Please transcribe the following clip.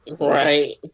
Right